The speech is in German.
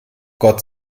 gott